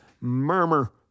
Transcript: murmur